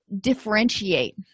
differentiate